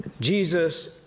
Jesus